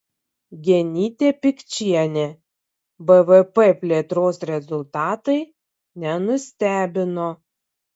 genytė pikčienė bvp plėtros rezultatai nenustebino